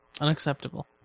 Unacceptable